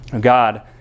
God